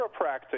Chiropractic